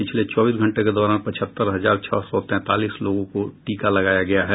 पिछले चौबीस घंटे के दौरान पचहत्तर हजार छह सौ तैंतालीस लोगों को टीका लगाया गया है